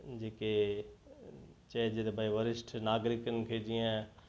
जेके चइजे त भई वरिष्ट नागरिकनि खे जीअं